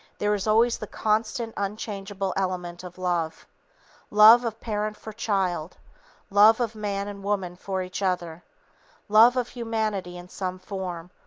there is always the constant, unchangeable element of love love of parent for child love of man and woman for each other love of humanity in some form,